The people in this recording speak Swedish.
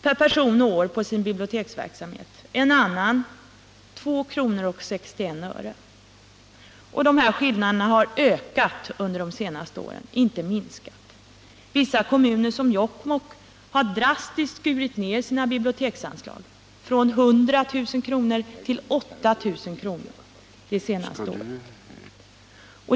per person och år på sin biblioteksverksamhet — en annan blott 2:61 kr. Skillnaderna mellan kommunerna har ökat under de senaste åren, inte minskat. Vissa kommuner såsom Jokkmokk har drastiskt skurit ner sina biblioteksanslag från 100 000 kr. till 8 000 kr. under de senaste åren.